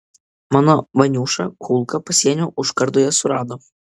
mano vaniušą kulka pasienio užkardoje surado